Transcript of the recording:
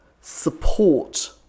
support